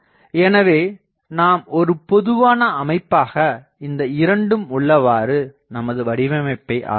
எனவே நாம் ஒரு பொதுவான அமைப்பாக இந்த இரண்டும் உள்ளவாறு நாம் நமது வடிவமைப்பை ஆராயலாம்